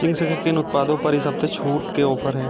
Ching's किन उत्पादो पर इस हफ़्ते छूट के ऑफ़र हैं